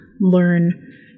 learn